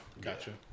gotcha